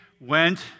went